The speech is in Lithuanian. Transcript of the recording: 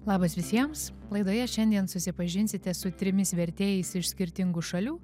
labas visiems laidoje šiandien susipažinsite su trimis vertėjais iš skirtingų šalių